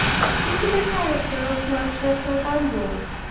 to speak in the character of master of thorpe ambrose.